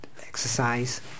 exercise